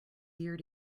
year